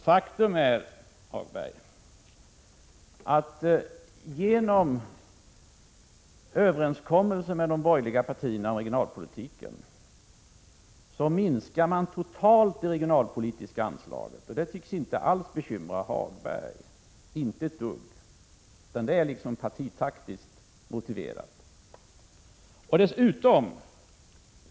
Fru talman! Faktum är, herr Hagberg, att man genom överenskommelsen med de borgerliga partierna om regionalpolitiken totalt minskar det regionalpolitiska anslaget. Det tycks inte alls bekymra Hagberg, inte ett dugg, utan det är partitaktiskt motiverat.